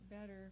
better